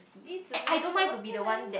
it's the matter of time